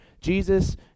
Jesus